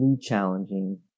challenging